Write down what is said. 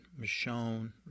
Michonne